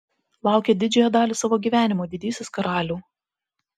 laukėt didžiąją dalį savo gyvenimo didysis karaliau